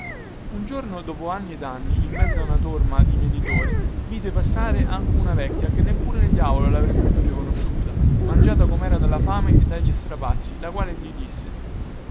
un giorno dopo anni e anni in mezzo a una torma di mietitori vide passare anche una vecchia che neppure il diavolo lavrebbe più riconosciuta mangiata comera dalla fame e dagli strapazzi la quale gli disse